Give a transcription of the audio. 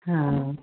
हा